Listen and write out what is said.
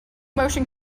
motion